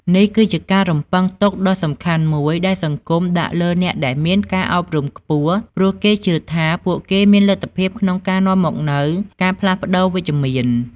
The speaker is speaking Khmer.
នេះគឺជាការរំពឹងទុកដ៏សំខាន់មួយ ដែលសង្គមដាក់លើអ្នកដែលមានការអប់រំខ្ពស់ ព្រោះគេជឿថាពួកគេមានលទ្ធភាពក្នុងការនាំមកនូវការផ្លាស់ប្តូរវិជ្ជមាន។